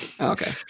Okay